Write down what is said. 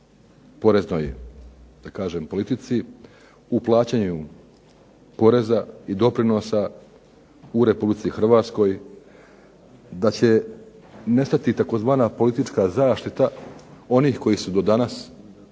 poreznoj politici, u plaćanju poreza i doprinosa u Republici Hrvatskoj, da će nestati tzv. politička zaštita onih koji su do sada